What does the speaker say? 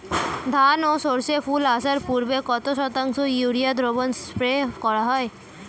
ধান ও সর্ষে ফুল আসার পূর্বে কত শতাংশ ইউরিয়া দ্রবণ স্প্রে করা হয়?